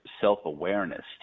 self-awareness